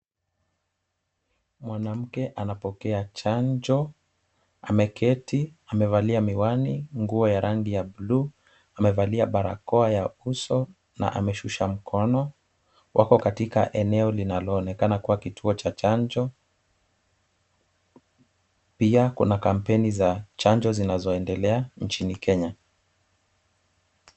Mwanamke anapokea chanjo ameketi amevalia miwani nguo ya rangi ya bluu amevalia barakoa ya uso na ameshusha mkono. Wako katika eneo linaloonekana kuwa kituo cha chanjo pia kuna kampeni za chanjo zinazoendelea nchini kenya.